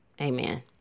Amen